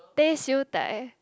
teh siew dai